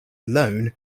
alone